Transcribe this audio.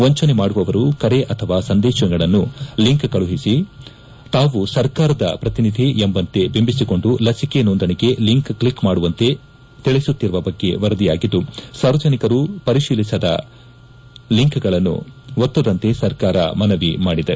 ವಂಚನೆ ಮಾಡುವವರು ಕರೆ ಅಥವಾ ಸಂದೇಶಗಳಲ್ಲಿ ಲಿಂಕ್ ಕಳುಹಿಸಿ ತಾವು ಸರ್ಕಾರದ ಪ್ರತಿನಿಧಿ ಎಂಬಂತೆ ಬಿಂಬಿಸಿಕೊಂಡು ಲಸಿಕೆ ನೋಂದವೆಗೆ ಲಿಂಕ್ ಕ್ಲಿಕ್ ಮಾಡುವಂತೆ ತಿಳಿಸುತ್ತಿರುವ ಬಗ್ಗೆ ವರದಿಯಾಗಿದ್ದು ಸಾರ್ವಜನಿಕರು ಪರಿಶೀಲಸದ ಲಿಂಕ್ ಗಳನ್ನು ಒತ್ತದಂತೆ ಸರ್ಕಾರ ಮನವಿ ಮಾಡಿದೆ